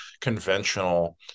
conventional